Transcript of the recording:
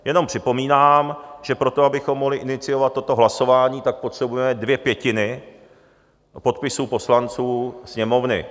Jenom připomínám, že pro to, abychom mohli iniciovat toto hlasování, potřebujeme dvě pětiny podpisů poslanců Sněmovny.